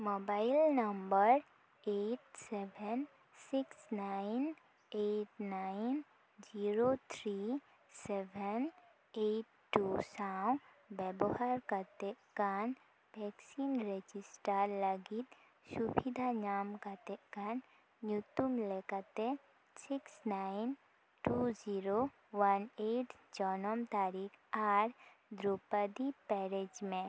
mobile number eight seven six nine eight nine zero three seven eight two ᱥᱟᱶ ᱵᱮᱵᱚᱦᱟᱨᱮᱛᱫ ᱠᱟᱱ vaccine register ᱞᱟᱹᱜᱤᱫ ᱥᱩᱵᱤᱫᱷᱟ ᱧᱟᱢᱮᱫ ᱠᱟᱱ ᱧᱩᱛᱩᱢ ᱞᱮᱠᱟᱛᱮ six nine two zero one eight ᱡᱚᱱᱚᱢ ᱛᱟᱨᱤᱠᱷ ᱟᱨ ᱫᱨᱳᱣᱯᱚᱫᱤ ᱯᱮᱨᱮᱡᱽ ᱢᱮ